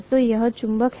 तो यह चुंबक है